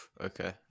Okay